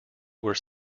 were